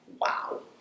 wow